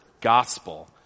gospel